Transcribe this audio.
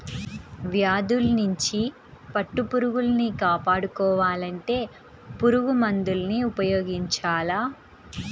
వ్యాధుల్నించి పట్టుపురుగుల్ని కాపాడుకోవాలంటే పురుగుమందుల్ని ఉపయోగించాల